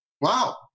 Wow